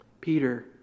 Peter